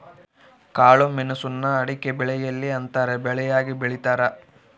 ಕಾಳುಮೆಣುಸ್ನ ಅಡಿಕೆಬೆಲೆಯಲ್ಲಿ ಅಂತರ ಬೆಳೆಯಾಗಿ ಬೆಳೀತಾರ